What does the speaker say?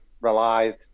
relied